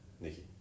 Nikki